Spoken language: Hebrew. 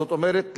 זאת אומרת,